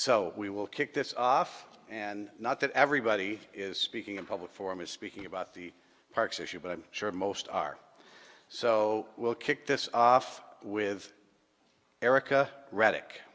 so we will kick this off and not that everybody is speaking in public for me speaking about the parks issue but i'm sure most are so we'll kick this off with erica r